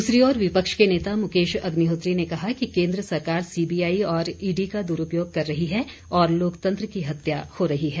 दूसरी ओर विपक्ष के नेता मुकेश अग्निहोत्री ने कहा कि केंद्र सरकार सीबीआई और ईडी का दुरुपयोग कर रही है और लोकतंत्र की हत्या हो रही है